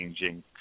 changing